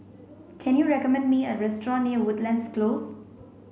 can you recommend me a restaurant near Woodlands Close